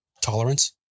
Tolerance